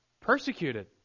persecuted